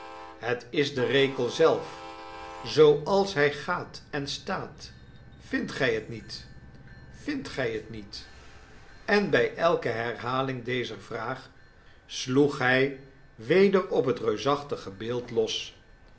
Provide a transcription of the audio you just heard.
het is de rekel zelf zooals hij gaat en staat vindt gij het niet vindt gij het niet en bij elke herhaling dezer vraag sloeg hij weder op het reusachtige beeld los